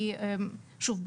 שוב,